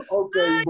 okay